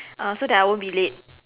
uh so that I won't be late